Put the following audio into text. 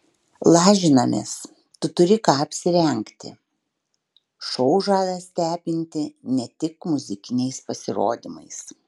lažinamės tu turi ką apsirengti šou žada stebinti ne tik muzikiniais pasirodymais